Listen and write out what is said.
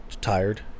tired